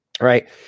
right